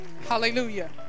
Hallelujah